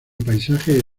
paisajes